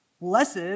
Blessed